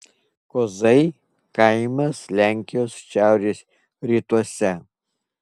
kozai kaimas lenkijos šiaurės rytuose